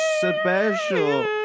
special